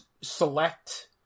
select